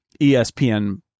ESPN